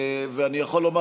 אני יכול לומר,